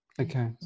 Okay